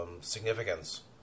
significance